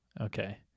Okay